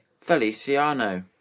feliciano